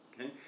okay